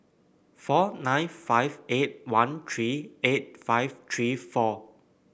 four nine five eight one three eight five three four